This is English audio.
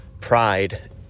pride